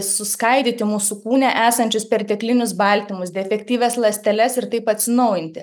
suskaidyti mūsų kūne esančius perteklinius baltymus defektyvias ląsteles ir taip atsinaujinti